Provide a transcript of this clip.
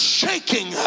shaking